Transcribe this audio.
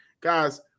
Guys